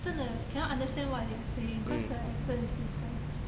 真的 cannot understand what they are saying cause the accent is different